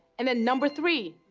and then number three,